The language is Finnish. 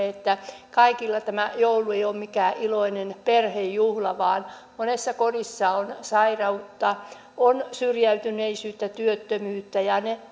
että kaikilla tämä joulu ei ole mikään iloinen perhejuhla vaan monessa kodissa on sairautta on syrjäytyneisyyttä työttömyyttä ja ne